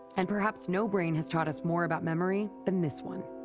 and perhaps no brain has taught us more about memory than this one.